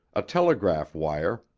a telegraph wire,